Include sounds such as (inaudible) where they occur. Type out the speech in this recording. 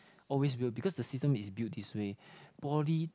always built because the system is built this way (breath) poly